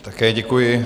Také děkuji.